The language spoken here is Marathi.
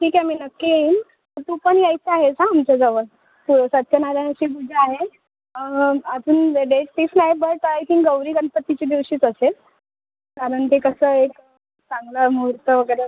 ठीक आहे मी नक्की येईन तू पण यायचं आहेस हं आमच्या गावात हो सत्यनारायणाची पूजा आहे अजून डेट फिक्स नाही बट आय थिंक गौरी गणपतीच्या दिवशीच असेल कारण ते कसं आहे चांगला मुहूर्त वगैरे